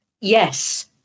yes